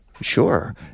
Sure